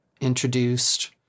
introduced